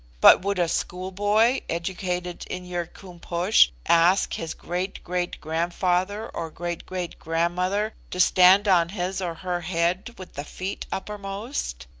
but would a schoolboy, educated in your koom-posh, ask his great-great-grandfather or great-great-grandmother to stand on his or her head with the feet uppermost?